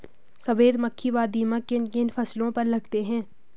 सफेद मक्खी व दीमक किन किन फसलों पर लगते हैं?